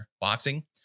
Boxing